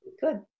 good